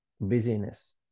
busyness